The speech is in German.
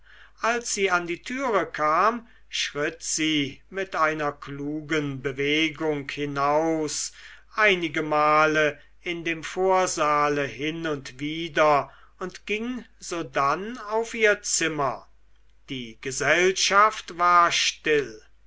als sie an die türe kam schritt sie mit einer klugen bewegung hinaus einigemal in dem vorsaale hin und wider und ging sodann auf ihr zimmer die gesellschaft war still